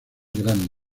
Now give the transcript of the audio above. gran